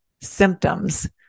symptoms